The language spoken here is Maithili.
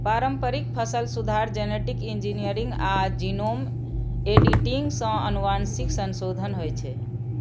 पारंपरिक फसल सुधार, जेनेटिक इंजीनियरिंग आ जीनोम एडिटिंग सं आनुवंशिक संशोधन होइ छै